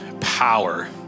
power